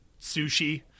sushi